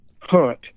hunt